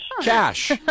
Cash